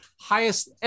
Highest